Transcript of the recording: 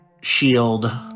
shield